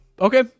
Okay